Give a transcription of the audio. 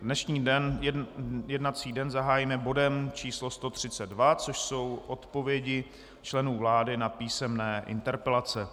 Dnešní jednací den zahájíme bodem číslo 132, což jsou odpovědi členů vlády na písemné interpelace.